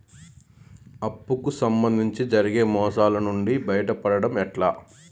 అప్పు కు సంబంధించి జరిగే మోసాలు నుండి బయటపడడం ఎట్లా?